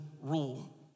rule